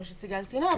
כמו שסיגל ציינה,